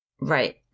Right